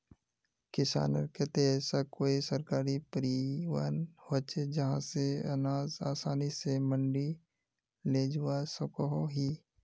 किसानेर केते ऐसा कोई सरकारी परिवहन होचे जहा से अनाज आसानी से मंडी लेजवा सकोहो ही?